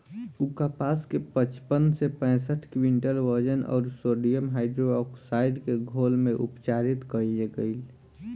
उ कपास के पचपन से पैसठ क्विंटल वजन अउर सोडियम हाइड्रोऑक्साइड के घोल में उपचारित कइल गइल